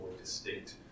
distinct